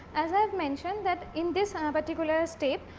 as i have mentioned that in this ah particular step,